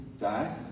die